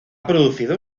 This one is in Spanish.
producido